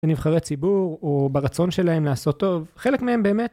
בנבחרי ציבור, או ברצון שלהם לעשות טוב, חלק מהם באמת...